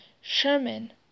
Sherman